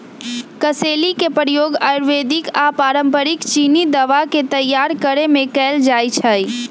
कसेली के प्रयोग आयुर्वेदिक आऽ पारंपरिक चीनी दवा के तइयार करेमे कएल जाइ छइ